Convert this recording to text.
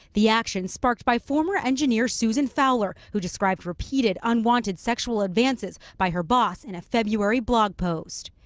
the action sparked by former engineer, susan fowler who described repeated unwanted sexual advances by her boss in a february blog post.